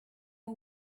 are